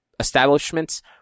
Establishments